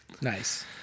Nice